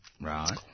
Right